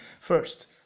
First